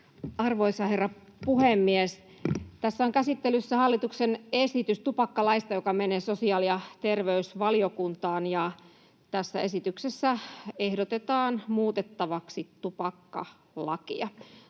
Arvoisa herra puhemies! Tässä on käsittelyssä hallituksen esitys tupakkalaista, joka menee sosiaali- ja terveysvaliokuntaan. Tässä esityksessä ehdotetaan muutettavaksi tupakkalakia